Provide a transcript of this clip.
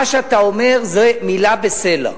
מה שאתה אומר זה מלה בסלע.